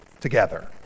together